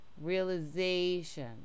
realization